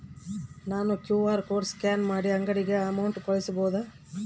ನಾನು QR code scan ಮಾಡಿ ಅಂಗಡಿಗೆ ಅಮೌಂಟ್ ಕಳಿಸಬಹುದಾ?